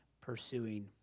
pursuing